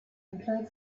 employed